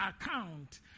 account